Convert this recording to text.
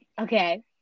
Okay